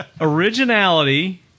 Originality